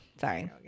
sorry